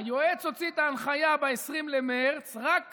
היועץ הוציא את ההנחיה ב-20 במרץ, ורק